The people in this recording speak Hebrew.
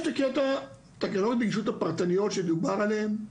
יש את תקנות הנגישות הפרטניות שדובר עליהן,